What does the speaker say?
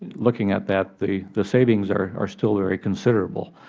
looking at that, the the savings are are still very considerable.